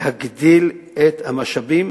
להגדיל את המשאבים,